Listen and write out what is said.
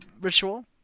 ritual